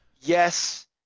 Yes